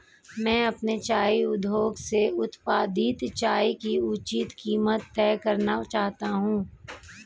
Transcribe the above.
मैं अपने चाय उद्योग से उत्पादित चाय की उचित कीमत तय करना चाहता हूं